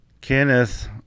Kenneth